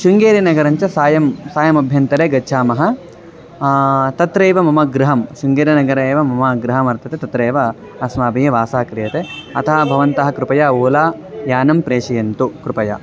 शृङ्गेरि नगरञ्च सायं सायमभ्यन्तरे गच्छामः तत्रैव मम गृहं शृङ्गेरि नगरे एव मम गृहं वर्तते तत्रैव अस्माभिः वासः क्रियते अतः भवन्तः कृपया ओला यानं प्रेषयन्तु कृपया